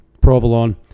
provolone